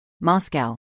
Moscow